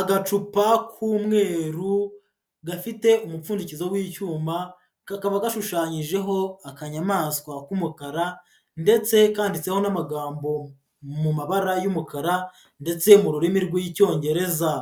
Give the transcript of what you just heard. Agacupa k'umweru gafite umupfundikizo w'icyuma, kakaba gashushanyijeho akanyamaswa k'umukara ndetse kanditseho n'amagambo mu mabara y'umukara ndetse mu rurimi rw'Icyongereza,